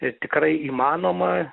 ir tikrai įmanoma